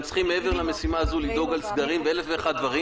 ומעבר למשימה הזאת הם גם צריכים לדאוג לסגרים ולאלף ואחד דברים,